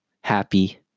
happy